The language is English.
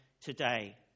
today